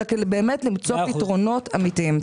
אלא כדי למצוא פתרונות אמיתיים.